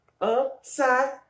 Upside